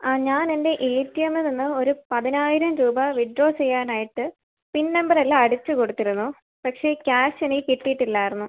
ആ ഞാൻ എൻ്റെ എ ടി എമ്മിൽ നിന്ന് ഒരു പതിനായിരം രൂപ വിഡ്രോ ചെയ്യാനായിട്ട് പിൻ നമ്പർ എല്ലാം അടിച്ച് കൊടുത്തിരുന്നു പക്ഷെ ക്യാഷ് എനിക്ക് കിട്ടിയിട്ടില്ലായിരുന്നു